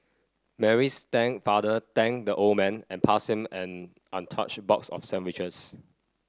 Mary's father thanked the old man and passed him an untouched box of sandwiches